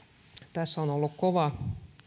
tässä on ollut kova